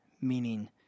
meaning